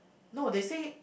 no they say